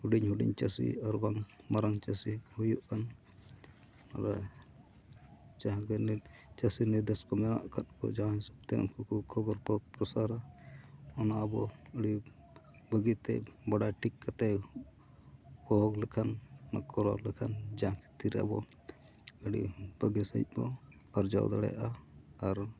ᱦᱩᱰᱤᱧ ᱦᱩᱰᱤᱧ ᱪᱟᱹᱥᱤ ᱟᱨ ᱵᱟᱝ ᱢᱟᱨᱟᱝ ᱪᱟᱹᱥᱤ ᱦᱩᱭᱩᱜ ᱠᱟᱱ ᱡᱟᱦᱟᱸᱜᱮ ᱪᱟᱹᱥᱤ ᱱᱤᱨᱫᱮᱥ ᱠᱚ ᱢᱮᱱᱟᱜ ᱟᱠᱟᱫ ᱠᱚ ᱡᱟᱦᱟᱸ ᱦᱤᱥᱟᱹᱵ ᱛᱮ ᱩᱱᱠᱩ ᱠᱚ ᱠᱷᱚᱵᱚᱨ ᱯᱚᱨᱚᱵ ᱯᱨᱚᱥᱟᱨᱟ ᱚᱱᱟ ᱟᱵᱚ ᱟᱹᱰᱤ ᱵᱷᱟᱹᱜᱤᱛᱮ ᱵᱟᱰᱟᱭ ᱴᱷᱤᱠ ᱠᱟᱛᱮ ᱠᱚᱦᱚ ᱞᱮᱠᱷᱟᱱ ᱠᱚᱨᱟᱣ ᱞᱮᱠᱷᱟᱱ ᱡᱟᱦᱟᱸ ᱠᱷᱟᱹᱛᱤᱨ ᱟᱵᱚ ᱟᱹᱰᱤ ᱵᱷᱟᱹᱜᱤ ᱥᱟᱺᱦᱤᱡ ᱵᱚᱱ ᱟᱨᱡᱟᱣ ᱫᱟᱲᱮᱭᱟᱜᱼᱟ ᱟᱨ